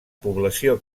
població